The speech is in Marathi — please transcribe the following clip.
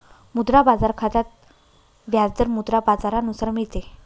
मुद्रा बाजार खात्यात व्याज दर मुद्रा बाजारानुसार मिळते